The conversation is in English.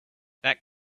that